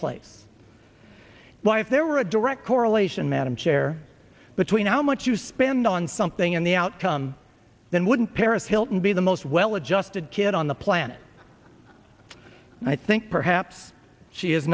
place why if there were a direct correlation madam chair between how much you spend on something in the outcome then wouldn't paris hilton be the most well adjusted kid on the planet i think perhaps she is